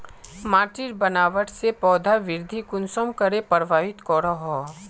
माटिर बनावट से पौधा वृद्धि कुसम करे प्रभावित करो हो?